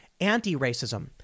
anti-racism